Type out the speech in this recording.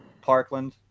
Parkland